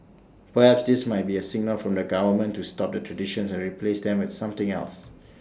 perhaps this might be A signal from the government to stop the 'traditions' and replace them with something else